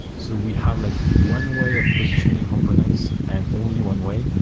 so we have like one way of positioning components and only one way.